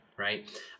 Right